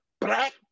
black